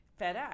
FedEx